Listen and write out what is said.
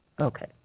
Okay